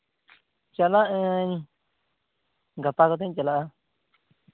ᱪᱟᱞᱟᱜᱼᱟᱹᱧ ᱜᱟᱯᱟ ᱠᱚᱛᱮᱧ ᱪᱟᱞᱟᱜᱼᱟ